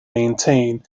maintain